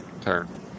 turn